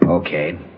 Okay